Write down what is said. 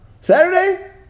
Saturday